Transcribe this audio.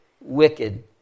wicked